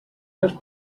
les